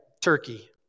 Turkey